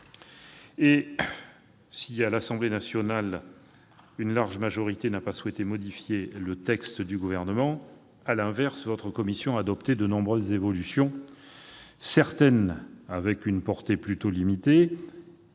Si, à l'Assemblée nationale, une large majorité de députés n'a pas souhaité modifier sur cette question le texte du Gouvernement, à l'inverse, votre commission a adopté de nombreuses évolutions, certaines avec une portée plutôt limitée,